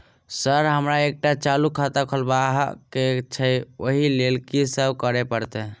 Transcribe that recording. Sir हमरा एकटा चालू खाता खोलबाबह केँ छै ओई लेल की सब करऽ परतै?